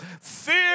Fear